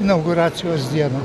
inauguracijos dieną